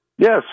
Yes